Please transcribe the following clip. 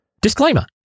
Disclaimer